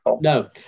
no